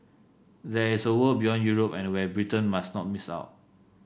there is a world beyond Europe and where Britain must not miss out